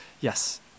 yes